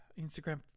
instagram